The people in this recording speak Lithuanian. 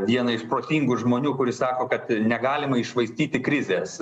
vieną iš protingų žmonių kuris sako kad negalima iššvaistyti krizės